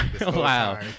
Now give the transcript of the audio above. wow